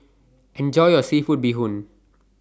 Enjoy your Seafood Bee Hoon